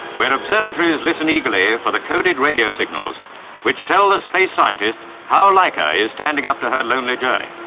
where observatories listen eagerly for the coded radio signals which tell the space scientists how laika is standing up to her lonely journey.